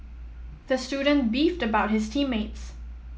the student beefed about his team mates